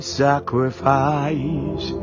sacrifice